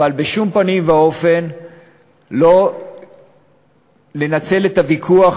אבל בשום פנים ואופן לא לנצל את הוויכוח